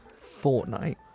Fortnite